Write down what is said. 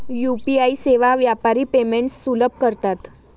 UPI सेवा व्यापारी payments सुलभ करतात